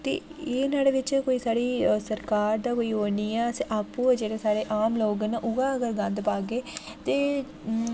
ते एह् न्हाड़े बिच कोई साढ़ी सरकार दा कोई ओह् निं ऐ अस आपूं गै जेह्डे़ साढे़ आम लोक न उ'ऐ अगर गन्द पाह्गे ते